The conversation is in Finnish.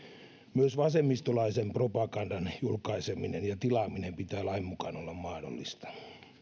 myös vasemmistolaisen propagandan julkaisemisen ja tilaamisen pitää lain mukaan olla mahdollista